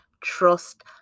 Trust